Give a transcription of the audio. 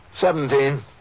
Seventeen